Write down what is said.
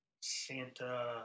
Santa